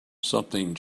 something